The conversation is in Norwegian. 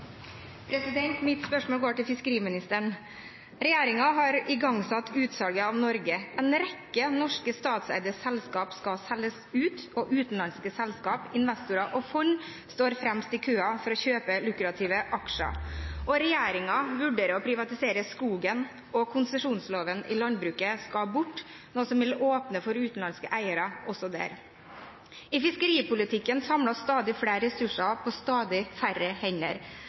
Botten. Mitt spørsmål går til fiskeriministeren. Regjeringen har igangsatt utsalget av Norge. En rekke norske statseide selskap skal selges ut. Utenlandske selskap, investorer og fond står fremst i køen for å kjøpe lukrative aksjer, regjeringen vurderer å privatisere skogen, og konsesjonsloven i landbruket skal bort, noe som vil åpne for utenlandske eiere også der. I fiskeripolitikken samles stadig flere ressurser på stadig færre hender.